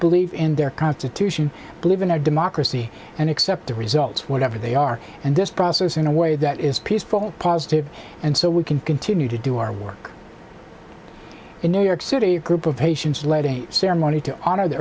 believe in their constitution live in a democracy and accept the results whatever they are and this process in a way that is peaceful positive and so we can continue to do our work in new york city group of patients led a ceremony to honor the